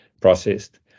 processed